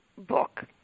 Book